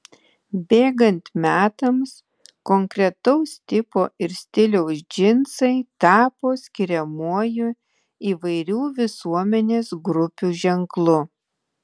bėgant metams konkretaus tipo ir stiliaus džinsai tapo skiriamuoju įvairių visuomenės grupių ženklu